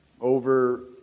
over